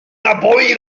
naboi